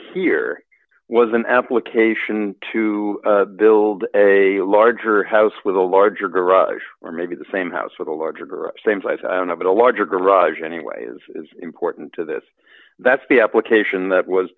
here was an application to build a larger house with a larger garage or maybe the same house with a larger same's i don't know but a larger garage anyway is important to this that's the application that was